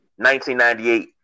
1998